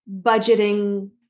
budgeting